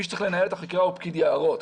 מי שצריך לנהל את החקירה זה פקיד היערות.